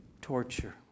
torture